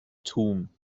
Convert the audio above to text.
toom